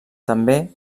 també